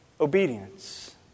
obedience